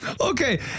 Okay